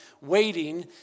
waiting